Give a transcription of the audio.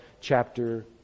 chapter